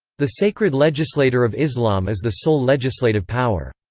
the sacred legislator of islam is the sole legislative power.